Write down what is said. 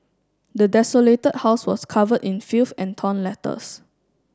the desolated house was covered in filth and torn letters